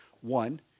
One